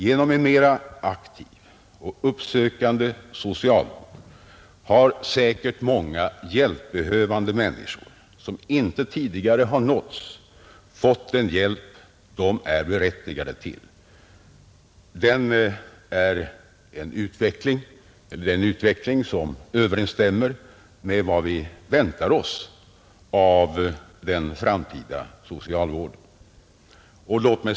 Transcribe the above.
Genom en mer aktiv och uppsökande socialhjälp har säkert många hjälpbehövande människor som inte tidigare nåtts fått den hjälp de är berättigade till. Det är en utveckling som överensstämmer med vad vi väntar oss av den framtida socialvården.